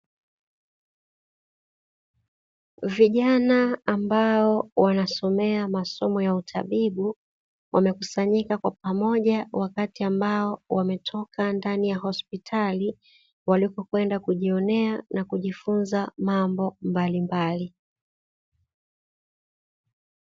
Vijana ambao wanasomea masomo ya utabibu wamekusanyika kwa pamoja wakati ambao wametoka ndani ya hospitali walikokwenda kujionea na kujifunza mambo mbalimbali.